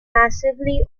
massively